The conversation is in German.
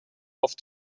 auf